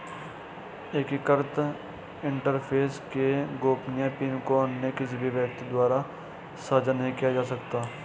एकीकृत इंटरफ़ेस के गोपनीय पिन को अन्य किसी भी व्यक्ति द्वारा साझा नहीं किया जा सकता